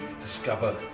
discover